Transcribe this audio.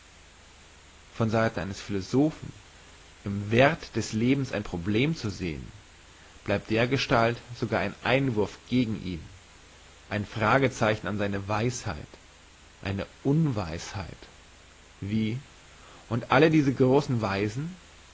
von seiten eines philosophen im werth des lebens ein problem sehn bleibt dergestalt sogar ein einwurf gegen ihn ein fragezeichen an seiner weisheit eine unweisheit wie und alle diese grossen weisen